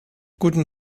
guten